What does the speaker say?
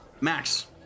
Max